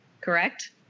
correct